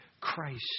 Christ